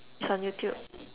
it's on YouTube